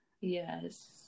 Yes